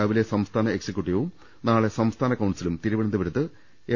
രാവിലെ സംസ്ഥാന എക്സിക്യൂട്ടീവും നാളെ സംസ്ഥാന കൌൺസിലും തിരുവനന്തപുരത്ത് എം